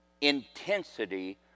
intensity